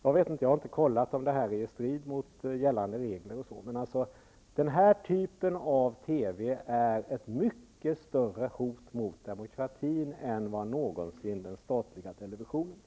Jag har inte kollat om det här är i strid med gällande regler, men den här typen av TV är ett mycket större hot mot demokratin än vad någonsin den statliga televisionen är.